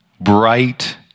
bright